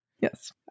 yes